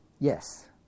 Yes